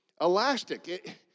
elastic